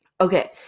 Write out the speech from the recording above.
Okay